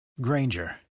Granger